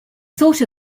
thought